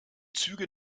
züge